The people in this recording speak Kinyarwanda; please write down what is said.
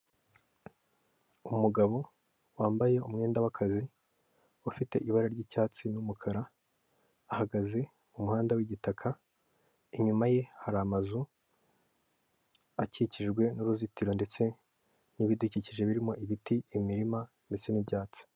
Umugabo wambaye umwenda w'akazi ufite ibara ry'icyatsi n'umukara, ahagaze mu muhanda w'igitaka inyuma ye hari amazu, akikijwe n'uruzitiro ndetse n'ibidukikije birimo ibiti, imirima, ndetse n'ibyatsi.